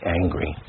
angry